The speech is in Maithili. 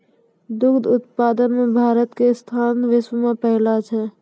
दुग्ध उत्पादन मॅ भारत के स्थान विश्व मॅ पहलो छै